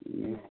उम